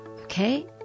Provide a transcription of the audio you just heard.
Okay